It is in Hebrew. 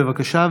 בבקשה,